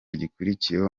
gikurikiyeho